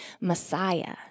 Messiah